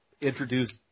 introduced